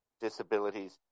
disabilities